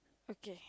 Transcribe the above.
okay